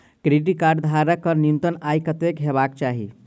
Credit card धारक कऽ न्यूनतम आय कत्तेक हेबाक चाहि?